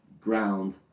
ground